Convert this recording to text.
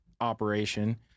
operation